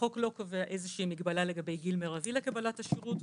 החוק לא קובע איזושהי מגבלה לגבי גיל מרבי לקבלת השירות,